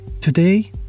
Today